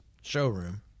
showroom